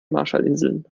marshallinseln